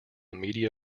media